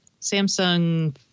Samsung